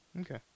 Okay